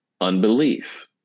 unbelief